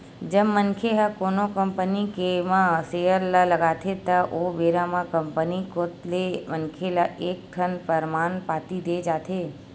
जब मनखे ह कोनो कंपनी के म सेयर ल लगाथे त ओ बेरा म कंपनी कोत ले मनखे ल एक ठन परमान पाती देय जाथे